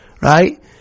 right